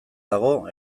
dago